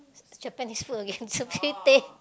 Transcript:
Japanese food again Sushi Tei